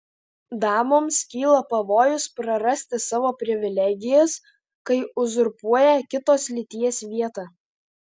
damoms kyla pavojus prarasti savo privilegijas kai uzurpuoja kitos lyties vietą